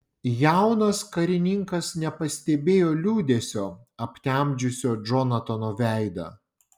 jaunas karininkas nepastebėjo liūdesio aptemdžiusio džonatano veidą